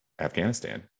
Afghanistan